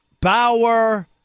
Bauer